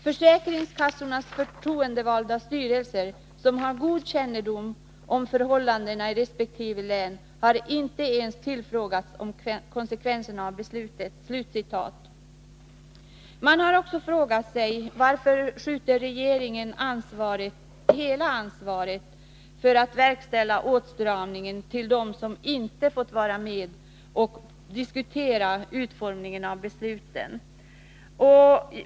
Försäkringskassornas förtroendevalda styrelser som har god kännedom om förhållandena i respektive län har inte ens tillfrågats om konsekvenserna av beslutet.” Man har också frågat sig varför regeringen skjuter över hela ansvaret för verkställandet av åtstramningen på dem som inte har fått vara med och diskutera utformningen av beslutet.